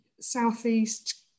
Southeast